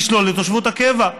לשלול את תושבות הקבע.